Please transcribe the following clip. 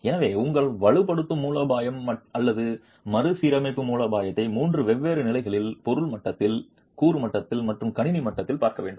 எனவே உங்கள் வலுப்படுத்தும் மூலோபாயம் அல்லது மறுசீரமைப்பு மூலோபாயத்தை மூன்று வெவ்வேறு நிலைகளில் பொருள் மட்டத்தில் கூறு மட்டத்தில் மற்றும் கணினி மட்டத்தில் பார்க்க வேண்டும்